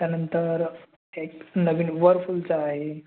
त्यानंतर एक नवीन वरफुलचा आहे